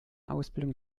ausbildung